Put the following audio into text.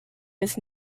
was